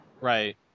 Right